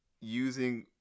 using